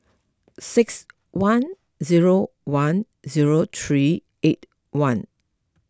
six one zero one zero three eight one